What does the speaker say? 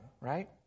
right